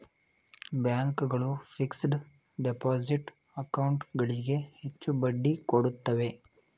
bank ಗಳು fixed deposit account ಗಳಿಗೆ ಹೆಚ್ಚು ಬಡ್ಡಿ ಕೊಡುತ್ತವೆ